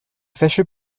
fâcheux